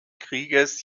krieges